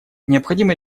необходимо